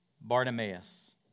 Bartimaeus